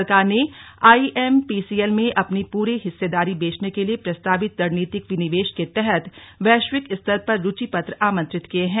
सरकार ने आईएमपीसीएल में अपनी पूरी हिस्सेदारी बेचने के लिये प्रस्तावित रणनीतिक विनिवेश के तहत वैश्विक स्तर पर रूचि पत्र आमंत्रित किये हैं